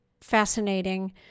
fascinating